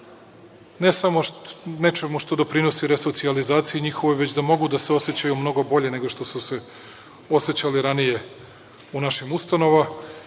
ne samo nečemu što doprinosi resocijalizaciji njihovoj, već da mogu da se osećaju mnogo bolje, nego što se osećali ranije u našim ustanovama